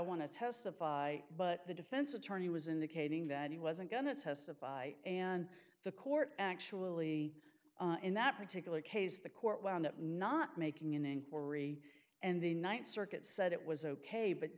to testify but the defense attorney was indicating that he wasn't going to testify and the court actually in that particular case the court wound up not making an inquiry and the th circuit said it was ok but